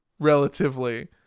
relatively